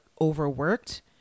overworked